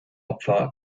opfer